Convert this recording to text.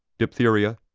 diphtheria,